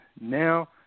Now